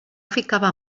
ficava